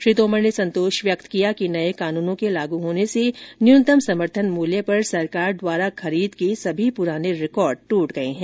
श्री तोमर ने संतोष व्यक्त किया कि नए कानूनों के लागू होने से न्यूनतम समर्थन मूल्य पर सरकार द्वारा खरीद के सभी पुराने रिकॉर्ड ट्रट गए हैं